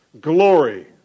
glory